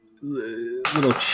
little